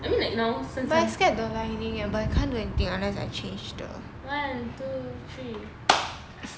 I mean like now 省三 but I scared the lightning eh but I can't do anything unless I change the one two three